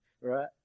right